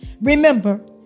Remember